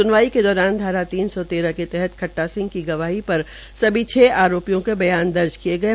स्नवाई के दौरान धार तीन सौ तेरह के तहत खट्टा सिंह की गवाही पर सभी छ आरोपियों के बयान दर्ज किये गये